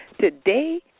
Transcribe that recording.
today